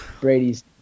Brady's